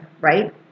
Right